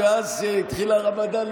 מאז שהתחיל הרמדאן,